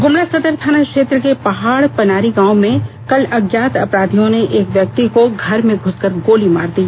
गुमला सदर थाना क्षेत्र के पहाड़ पनारी गांव में कल अज्ञात अपराधियों ने एक व्यक्ति को घर में घुसकर गोली मार दी